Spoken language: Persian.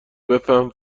بهم